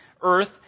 earth